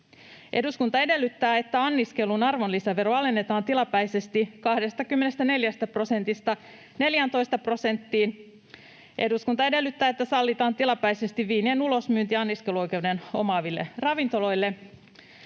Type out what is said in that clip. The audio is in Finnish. ”Eduskunta edellyttää, että anniskelun arvonlisävero alennetaan tilapäisesti 24 prosentista 14 prosenttiin.” ”Eduskunta edellyttää, että sallitaan tilapäisesti viinien ulosmyynti anniskeluoikeuden omaaville ravintoloille.”